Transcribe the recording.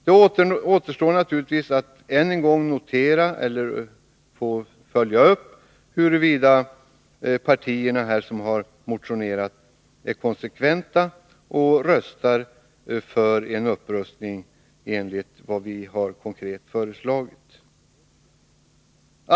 Då återstår naturligtvis att än en gång följa upp huruvida de partier som motionerat är konsekventa och röstar för en upprustning i enlighet med vad vi föreslagit konkret i reservation nr 9.